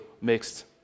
mixed